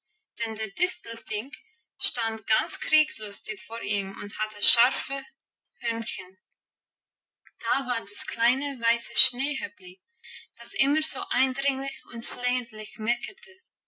der distelfink stand ganz kriegslustig vor ihm und hatte scharfe hörnchen da war das kleine weiße schneehöppli das immer so eindringlich und flehentlich meckerte